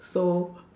so